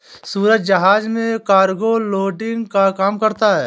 सूरज जहाज में cargo loading का काम करता है